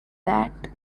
that